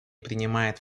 принимает